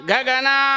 Gagana